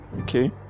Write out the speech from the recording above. okay